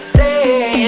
Stay